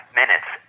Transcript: minutes